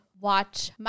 watch